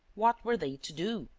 what were they to do?